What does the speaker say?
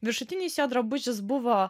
viršutinis jo drabužis buvo